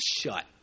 shut